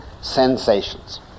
sensations